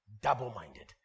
Double-minded